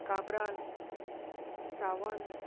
Cabral Sawant